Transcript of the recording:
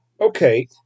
Okay